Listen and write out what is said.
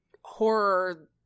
horror